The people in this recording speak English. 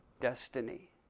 destiny